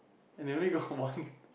and they only got one